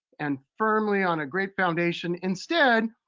and firmly on a great foundation, instead,